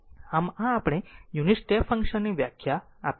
આમ આ આપણે યુનિટ સ્ટેપ ફંક્શન ની વ્યાખ્યા આપીશું